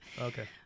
Okay